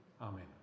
Amen